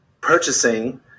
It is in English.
purchasing